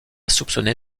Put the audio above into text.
soupçonné